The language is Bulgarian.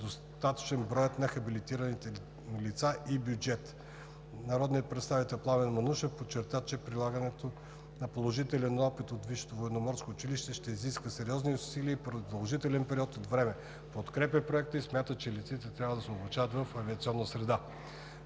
достатъчен броят хабилитирани лица и бюджет. Народният представител Пламен Манушев подчерта, че прилагането на положителния опит от Висшето военноморско училище ще изисква сериозни усилия и продължителен период от време. Подкрепя Проекта и смята, че летците трябва да се обучават в авиационна среда.